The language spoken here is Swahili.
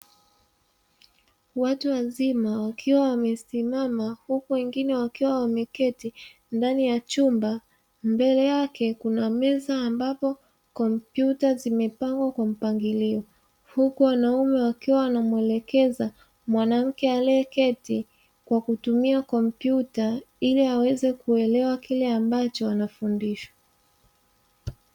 Watu wazima wakiwa wamesimama huku wengine wakiwa wameketi ndani ya chumba, mbele yake kuna meza ambapo kompyuta zimepangwa kwa mpangilio; huku wanaume wakiwa wanamwelekeza mwanamke aliyeketi kwa kutumia kompyuta ili aweze kuelewa kile ambacho anafundishwa.